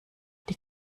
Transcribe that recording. die